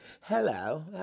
Hello